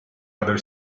other